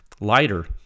lighter